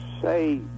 say